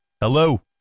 Hello